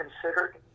considered